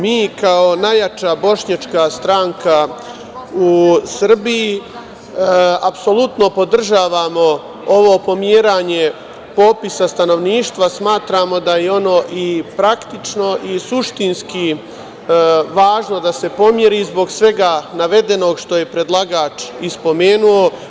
Mi kao najjača bošnjačka stranka u Srbiji apsolutno podržavamo ovo pomeranje popisa stanovništva, smatramo da je ono i praktično i suštinski važno da se pomeri zbog svega navedenog što je predlagač i spomenuo.